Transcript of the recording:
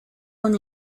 con